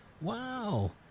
wow